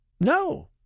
no